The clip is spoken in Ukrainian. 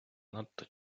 надто